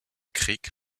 crique